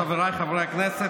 חבריי חברי הכנסת,